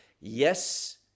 yes